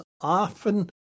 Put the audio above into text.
often